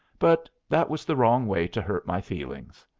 but that was the wrong way to hurt my feelings.